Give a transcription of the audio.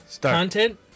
content